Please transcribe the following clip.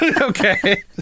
okay